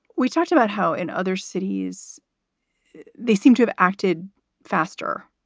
we talked about how in other cities they seem to have acted faster.